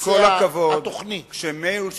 עם כל הכבוד שמאיר שטרית,